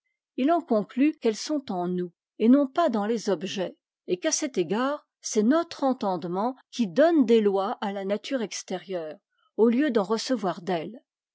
il en conclut qu'elles sont en nous et non pas dans les objets et qu'à cet égard c'est notre entendement qui donne des lois à la nature extérieure au lieu d'en recevoir d'elle